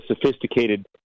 sophisticated